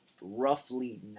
roughly